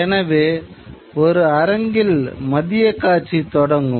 எனவே ஒரு அரங்கில் மதியக் காட்சி தொடங்கும்